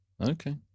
Okay